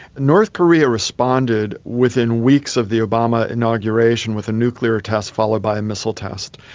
north korea responded within weeks of the obama inauguration with a nuclear test followed by a missile test.